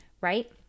right